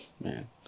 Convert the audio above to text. man